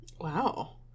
wow